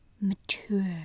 mature